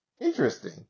interesting